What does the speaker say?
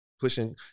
pushing